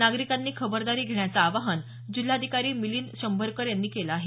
नागरिकांनी खबरदारी घेण्याचं आवाहन जिल्हाधिकारी मिलिंद शंभरकर यांनी केलं आहे